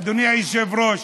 אדוני היושב-ראש,